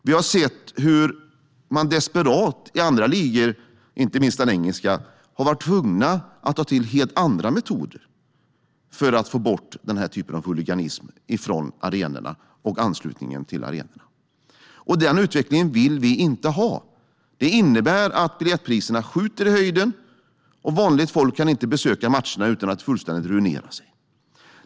Vi har sett hur man desperat i andra ligor, inte minst den engelska, har varit tvungna att ta till helt andra metoder för att få bort den här typen av huliganism från arenorna och i anslutning till arenorna. Den utvecklingen vill vi inte ha. Det innebär att biljettpriserna skjuter i höjden och att vanligt folk inte kan besöka matcherna utan att fullständigt ruinera sig.